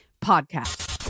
Podcast